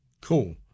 Cool